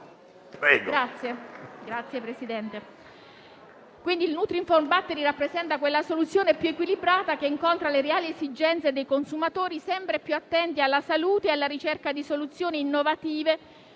sano da sempre. Il nutrinform battery rappresenta quella soluzione più equilibrata che incontra le reali esigenze dei consumatori, sempre più attenti alla salute e alla ricerca di soluzioni innovative